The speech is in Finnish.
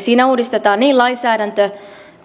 siinä uudistetaan niin lainsäädäntö